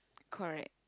correct